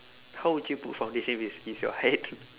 how would you put foundation if it's is your height